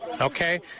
okay